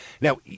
Now